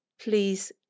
please